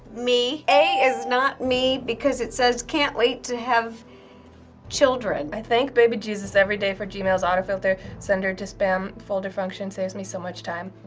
me. a is not me because it says can't wait to have children. i thank baby jesus every day for gmail's auto filter. sender to spam folder function saves me so much time.